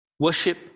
Worship